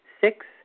Six